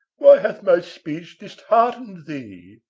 why hath my speech disheartened thee?